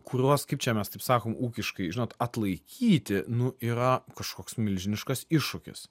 kuriuos kaip čia mes taip sakom ūkiškai žinot atlaikyti nu yra kažkoks milžiniškas iššūkis